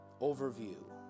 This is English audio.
overview